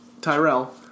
Tyrell